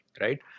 right